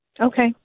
Okay